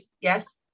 Yes